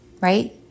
Right